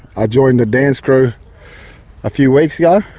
i joined the dance crew a few weeks yeah